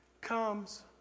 comes